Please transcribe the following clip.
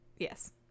yes